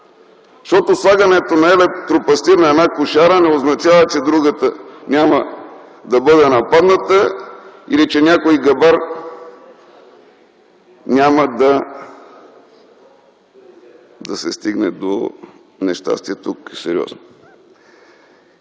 Слагането на електропластир на една кошара не означава, че другата няма да бъде нападната или че някой гъбар няма да стигне до сериозно